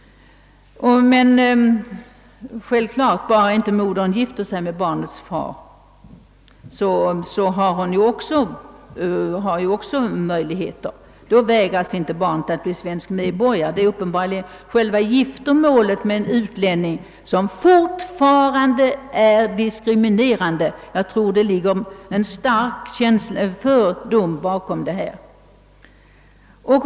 Om modern inte gifter sig med barnets far vägras barnet naturligtvis inte att bli svensk medborgare det är upbenbarligen själva giftermålet med en utlänning som fortfarande är diskriminerande. Jag tror att det ligger en stark fördom bakom denna inställning.